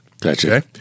Gotcha